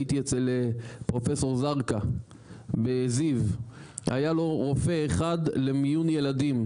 הייתי אצל פרופסור זרקא בזיו היה לו רופא אחד במיון ילדים,